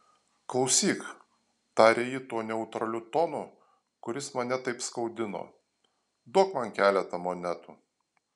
klausyk tarė ji tuo neutraliu tonu kuris mane taip skaudino duok man keletą monetų